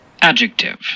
Adjective